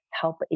help